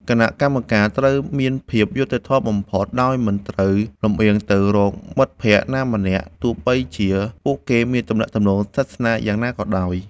គណៈកម្មការត្រូវមានភាពយុត្តិធម៌បំផុត ដោយមិនត្រូវលម្អៀងទៅរកមិត្តភក្តិណាម្នាក់ ទោះបីជាពួកគេមានទំនាក់ទំនងស្និទ្ធស្នាលយ៉ាងណាក៏ដោយ។